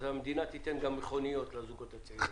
המדינה תיתן גם מכוניות לזוגות הצעירים.